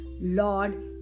Lord